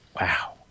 Wow